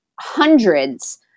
hundreds